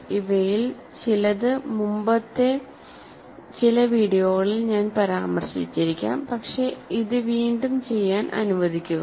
ഇവയിൽ ചിലത് മുമ്പത്തെ ചില വീഡിയോകളിൽ ഞാൻ പരാമർശിച്ചിരിക്കാം പക്ഷേ ഇത് വീണ്ടും ചെയ്യാൻ അനുവദിക്കുക